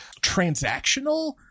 transactional